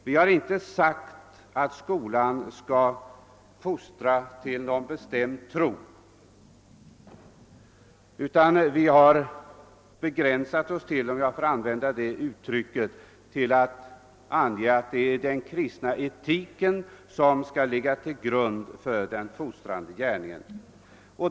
Vi har inte sagt att skolan skall fostra till någon bestämd tro utan har begränsat oss till att ange att den kristna etiken skall ligga till grund för den fostrande gärningen.